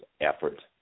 effort